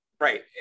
Right